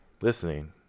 listening